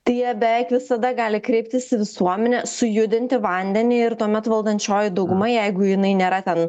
tai jie beveik visada gali kreiptis į visuomenę sujudinti vandenį ir tuomet valdančioji dauguma jeigu jinai nėra ten